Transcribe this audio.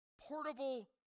portable